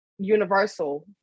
universal